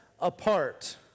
apart